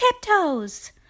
tiptoes